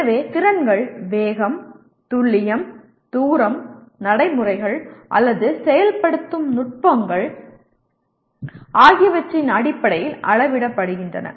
எனவே திறன்கள் வேகம் துல்லியம் தூரம் நடைமுறைகள் அல்லது செயல்படுத்தும் நுட்பங்கள் ஆகியவற்றின் அடிப்படையில் அளவிடப்படுகின்றன